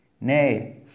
Nay